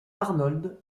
arnold